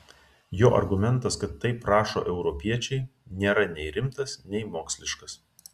jo argumentas kad taip rašo europiečiai nėra nei rimtas nei moksliškas